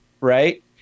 right